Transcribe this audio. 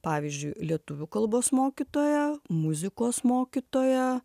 pavyzdžiui lietuvių kalbos mokytoja muzikos mokytoja